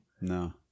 no